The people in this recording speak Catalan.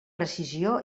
precisió